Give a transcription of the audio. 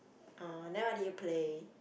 oh then what did you play